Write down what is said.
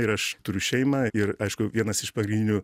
ir aš turiu šeimą ir aišku vienas iš pagrindinių